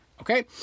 Okay